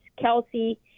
Kelsey